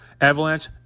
Avalanche